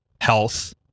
health